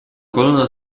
colonna